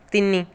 ତିନି